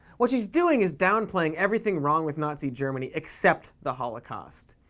what she's doing is downplaying everything wrong with nazi germany except the holocaust.